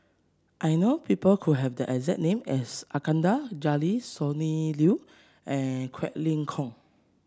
I know people who have the exact name as Iskandar Jalil Sonny Liew and Quek Ling Kiong